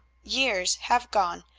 years have gone,